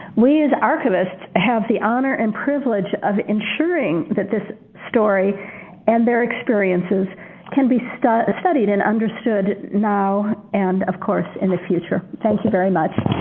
we as archivists have the honor and privilege of ensuring that this story and their experiences can be studied studied and understood now and, of course, in the future. thank you very much.